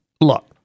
Look